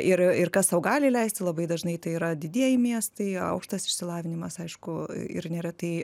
ir ir kas sau gali leisti labai dažnai tai yra didieji miestai aukštas išsilavinimas aišku ir neretai